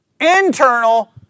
Internal